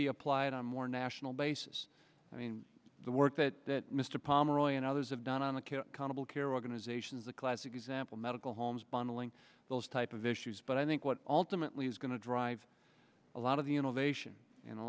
be applied on more national basis i mean the work that mr pomeroy and others have done on the cannibal care organizations a classic example medical homes bundling those type of issues but i think what ultimately is going to drive a lot of the in